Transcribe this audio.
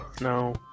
No